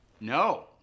No